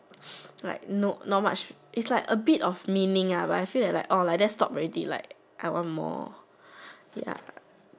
like not not much is like a bit of meaning but I feel like oh like that stop already like I want more